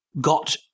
got